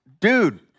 dude